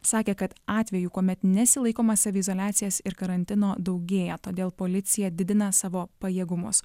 sakė kad atvejų kuomet nesilaikoma saviizoliacijos ir karantino daugėja todėl policija didina savo pajėgumus